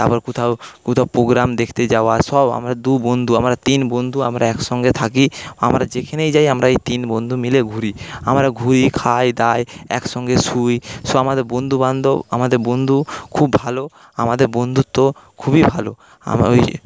তারপর কোথাও কোথাও প্রোগ্রাম দেখতে যাওয়া সব আমরা দু বন্ধু আমরা তিন বন্ধু আমরা একসঙ্গে থাকি আমরা যেখানেই যাই আমরা এই তিন বন্ধু মিলে ঘুরি আমরা ঘুরি খাই দাই একসঙ্গে শুই সব আমাদের বন্ধুবান্ধব আমাদের বন্ধু খুব ভালো আমাদের বন্ধুত্ব খুবই ভালো আমরা ওই